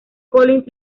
collins